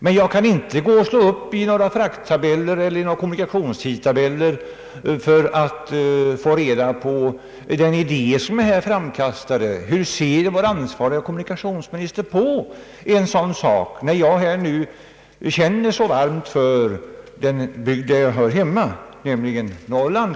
Men jag kan inte i några frakttabeller eller i några kommunikationstabeller få reda på något om den idé som jag här framkastade. Jag känner varmt för den bygd där jag hör hemma, nämligen Norrland.